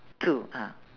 to ah